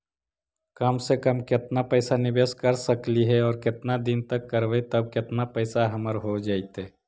कम से कम केतना पैसा निबेस कर सकली हे और केतना दिन तक करबै तब केतना पैसा हमर हो जइतै?